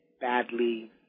badly